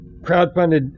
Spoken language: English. crowdfunded